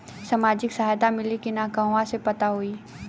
सामाजिक सहायता मिली कि ना कहवा से पता होयी?